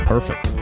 Perfect